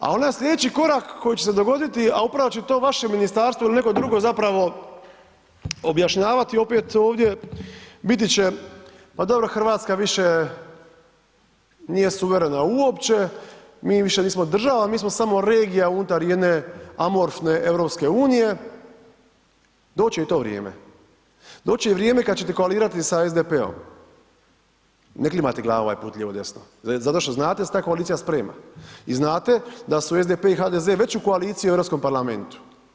A onaj slijedeći korak koji će se dogoditi, a upravo će to vaše ministarstvo ili neko drugo zapravo objašnjavati opet ovdje, biti će, pa dobro RH više nije suverena uopće, mi više nismo država, mi smo samo regija unutar jedne amorfne EU, doći će i to vrijeme, doći će i vrijeme kada ćete koalirati sa SDP-om, ne klimati glavom ovaj put lijevo desno zato što znate da se ta koalicija sprema i znate da su SDP i HDZ već u koaliciji u Europskom parlamentu.